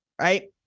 right